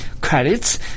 credits